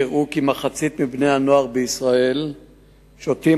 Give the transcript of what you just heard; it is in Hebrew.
ולפיהם מחצית מבני הנוער בישראל שותים